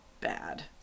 bad